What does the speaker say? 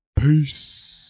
peace